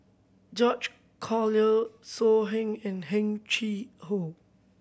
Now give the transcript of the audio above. George Collyer So Heng and Heng Chee How